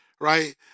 right